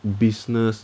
business